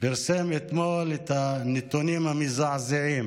פרסם אתמול את הנתונים המזעזעים